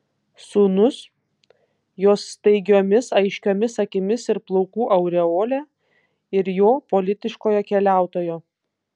sūnus jos staigiomis aiškiomis akimis ir plaukų aureole ir jo politiškojo keliautojo